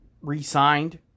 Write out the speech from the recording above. re-signed